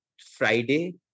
Friday